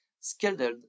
scheduled